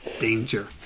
danger